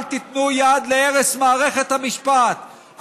אל תיתנו יד להרס מערכת המשפט,